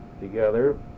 together